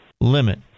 limit